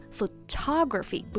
Photography